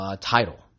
title